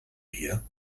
hier